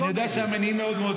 הוא לא תומך.